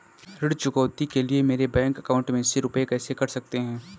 ऋण चुकौती के लिए मेरे बैंक अकाउंट में से रुपए कैसे कट सकते हैं?